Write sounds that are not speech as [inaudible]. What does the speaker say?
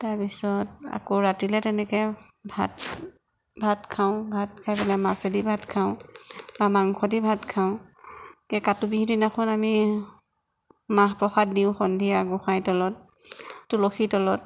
তাপিছত আকৌ ৰাতিলে তেনেকৈ ভাত ভাত খাওঁ মানে মাছেদি ভাত খাওঁ বা মাংস দি ভাত খাওঁ [unintelligible] কাতি বিহুৰ দিনাখন আমি মাহ প্ৰসাদ দিওঁ সন্ধিয়া গোসাঁইৰ তলত তুলসী তলত